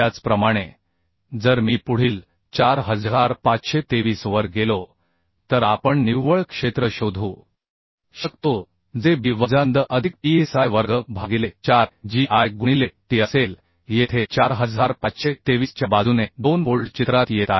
त्याचप्रमाणे जर मी पुढील 4523 वर गेलो तर आपण निव्वळ क्षेत्र शोधू शकतो जे b वजा ndh अधिक psi वर्ग भागिले 4 g i गुणिले t असेल येथे 4523 च्या बाजूने 2 बोल्ट चित्रात येत आहेत